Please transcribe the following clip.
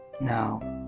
Now